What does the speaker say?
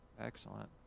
Excellent